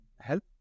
help